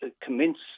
commence